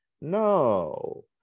No